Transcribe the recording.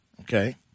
Okay